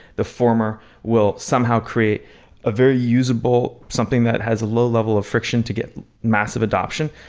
the former will somehow create a very usable, something that has a low-level of friction to get massive adoption.